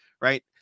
Right